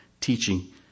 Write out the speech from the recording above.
teaching